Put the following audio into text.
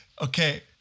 Okay